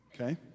Okay